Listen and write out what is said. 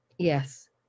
Yes